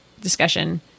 discussion